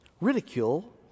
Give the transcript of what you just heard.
Ridicule